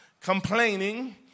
complaining